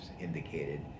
indicated